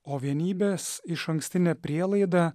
o vienybės išankstinė prielaida